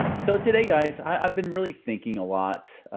so today guys, i've been really thinking a lot,